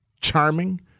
charming